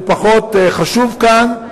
הוא פחות חשוב כאן.